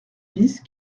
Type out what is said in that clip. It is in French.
bis